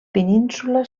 península